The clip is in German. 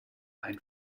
ein